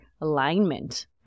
alignment